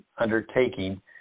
undertaking